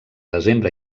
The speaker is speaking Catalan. desembre